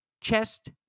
chest